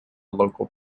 local